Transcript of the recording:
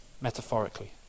metaphorically